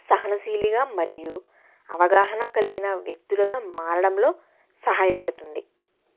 సహనశిలీగా మరియు అవగాహన కలిగిన వ్యక్తులుగా మారడంలో సహాయపడుతుంది